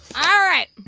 all right.